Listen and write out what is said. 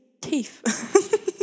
teeth